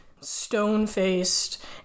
stone-faced